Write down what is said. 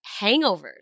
hangovers